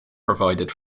provided